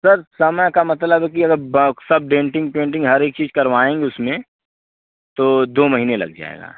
sir समय का मतलब है कि अगर सब डेंटिंग पेंटिंग हर एक चीज करवाएँगे उसमें तो दो महीने लग जाएगा